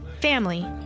family